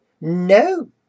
No